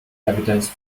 evidence